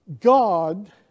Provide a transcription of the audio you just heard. God